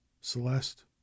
celeste